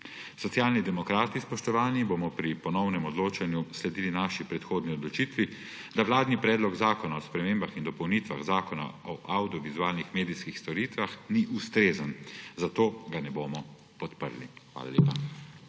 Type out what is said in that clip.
Socialni demokrati, spoštovani, bomo pri ponovnem odločanju sledili naši predhodni odločitvi, da vladni predlog zakona o spremembah in dopolnitvah zakona o avdio vizualnih medijskih storitvah ni ustrezen, zato ga ne bomo podprli. Hvala lepa.